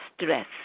stress